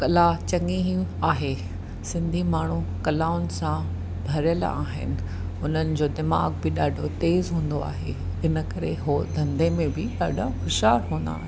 कला चंङी ई आहे सिंधी माण्हू कलाउनि सां भरियलु आहिनि उन्हनि जो दीमाग़ु बि ॾाढो तेज़ हुंदो आहे हिन करे हो धंदे में बि ॾाढा होशयारु हूंदा आहिनि